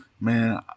man